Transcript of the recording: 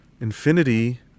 Infinity